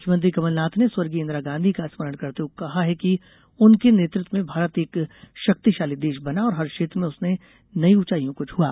मुख्यमंत्री कमलनाथ ने स्वर्गीय इंदिरा गांधी का स्मरण करते हुए कहा है कि उनके नेतृत्व में भारत एक शक्तिशाली देश बना और हर क्षेत्र में उसने नई ऊंचाईयों को छुआ